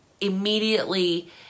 immediately